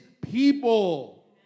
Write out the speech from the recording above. people